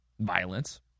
violence